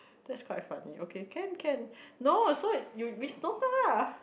that's quite funny okay can can no so you we ah